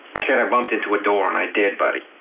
i said, i bumped into a door and i did, buddy.